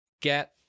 get